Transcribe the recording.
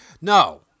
No